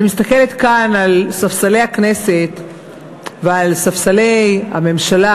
אני מסתכלת כאן על ספסלי הכנסת ועל ספסלי הממשלה,